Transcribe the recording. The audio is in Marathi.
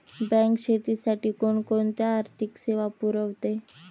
बँक शेतीसाठी कोणकोणत्या आर्थिक सेवा पुरवते?